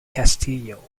castillo